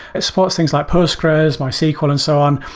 it supports things like postgres, mysql and so on.